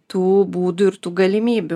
tų būdų ir tų galimybių